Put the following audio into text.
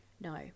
No